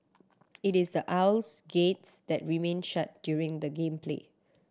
it is the aisle gates that remain shut during the game play